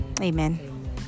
Amen